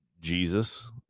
Jesus